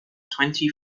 twenty